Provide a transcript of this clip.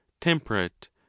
temperate